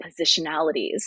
positionalities